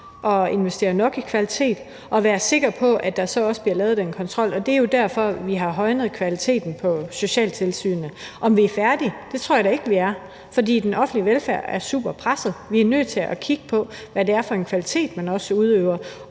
og investere nok i kvalitet og være sikker på, at der så også bliver lavet den kontrol, og det er jo derfor, vi har højnet kvaliteten i socialtilsynet. Er vi færdige med det? Det tror jeg da ikke vi er, fordi den offentlige velfærd er super presset, og vi er nødt til at kigge på, hvad det er for en kvalitet, man også udøver,